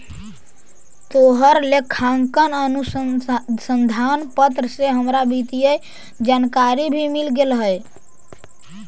तोहर लेखांकन अनुसंधान पत्र से हमरा वित्तीय जानकारी भी मिल गेलई हे